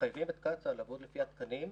מחייבים את קצא"א לעבוד לפי התקנים,